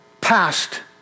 past